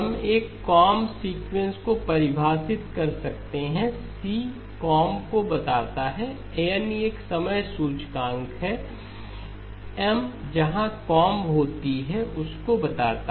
हम एक comb sequence को परिभाषित कर सकते हैं C कोंब को बताता है n एक समय सूचकांक हैM जहां कोंब होती है उसको बताता है